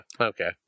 okay